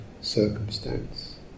circumstance